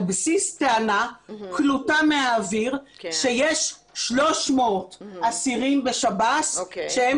בסיס טענה קלוטה מהאוויר שיש 300 אסירים בשב"ס שהם